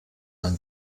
ein